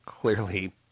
clearly